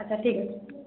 ଆଚ୍ଛା ଠିକ୍ ଅଛି